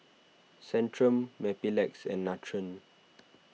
Centrum Mepilex and Nutren